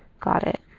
got it.